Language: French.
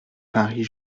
paris